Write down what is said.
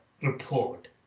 report